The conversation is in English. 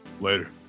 Later